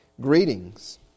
greetings